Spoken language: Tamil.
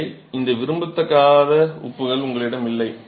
எனவே இந்த விரும்பத்தகாத உப்புகள் உங்களிடம் இல்லை